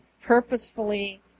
purposefully